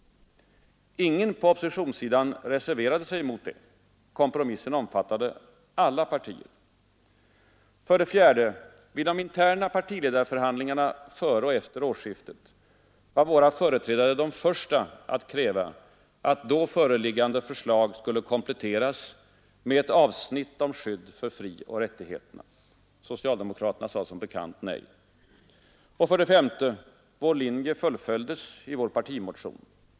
Ingen på oppositionssidan reserverade sig mot det. Kompromissen omfattade alla partier. 4. Vid de interna partiledarförhandlingarna före och efter årsskiftet var våra företrädare de första att kräva att då föreliggande förslag skulle kompletteras med ett avsnitt om skydd för frioch rättigheterna. Socialdemokraterna sade som bekant nej. 5. Vår linje fullföljdes i vår partimotion.